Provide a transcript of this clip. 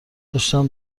داشتم